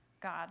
God